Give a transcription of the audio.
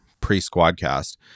pre-Squadcast